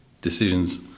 decisions